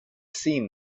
seen